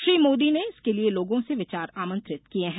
श्री मोदी ने इसके लिए लोगों से विचार आमंत्रित किये हैं